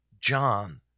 John